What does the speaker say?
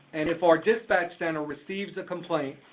and if our dispatch center receives a complaint,